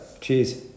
Cheers